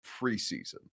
preseason